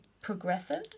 progressive